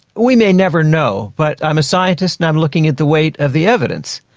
we may never know, but i'm a scientist and i'm looking at the weight of the evidence.